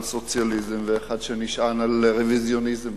סוציאליזם ואחד שנשען על רוויזיוניזם.